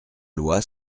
loi